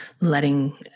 letting